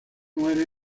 muere